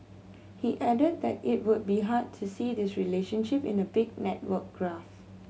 he added that it would be hard to see this relationship in a big network graph